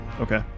Okay